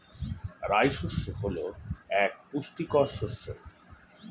রাই শস্য হল এক পুষ্টিকর শস্য